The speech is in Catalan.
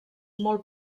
molt